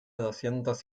doscientos